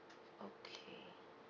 okay